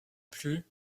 plus